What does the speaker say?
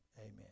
Amen